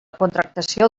contractació